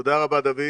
תודה רבה, דוד.